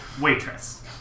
Waitress